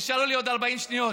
נשארו לי עוד 40 שניות.